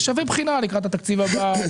זה שווה בחינה לקראת התקציב הבא.